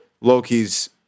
Loki's